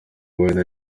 wine